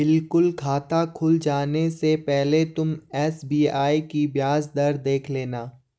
बिल्कुल खाता खुल जाने से पहले तुम एस.बी.आई की ब्याज दर देख लेना